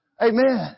Amen